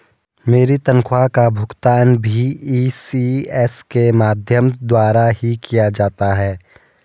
मेरी तनख्वाह का भुगतान भी इ.सी.एस के माध्यम द्वारा ही किया जाता है